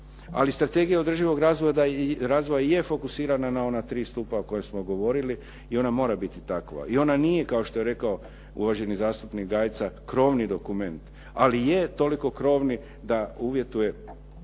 ali strategija održivog razvoja je fokusirana na ona tri stupa o kojima smo govorili i ona mora biti takva i ona nije kao što je rekao uvaženi zastupnik Gajica krovni dokument, ali je toliko krovni da uvjetuje